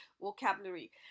vocabulary